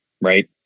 right